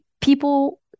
people